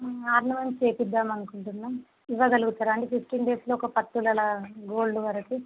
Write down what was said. ఆ ఆర్నమెంట్స్ చేయిద్దామని అనుకుంటున్నాం ఇవ్వగలుగుతారా అండి ఫిఫ్టీన్ డేస్లో ఒక ఒక పది తులాల గోల్డ్ వరకు